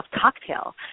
cocktail